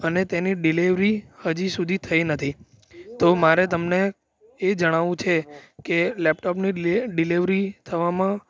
અને તેને ડીલેવરી હજી સુધી થઈ નથી તો મારે તમને એ જણાવવું છે કે લેપટોપની ડિ ડિલેવરી થવામાં